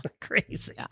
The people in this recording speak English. crazy